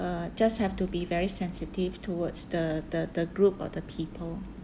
uh just have to be very sensitive towards the the the group or the people